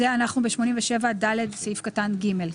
אנחנו בסעיף 87ד, סעיף קטן (ג).